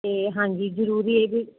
ਤੇ ਹਾਂਜੀ ਜਰੂਰੀ ਇਹ ਵੀ